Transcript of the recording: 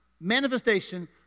manifestation